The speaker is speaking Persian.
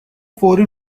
فوری